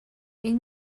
این